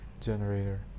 generator